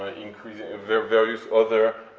ah increasing various other